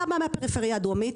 אתה בא מהפריפריה הדרומית,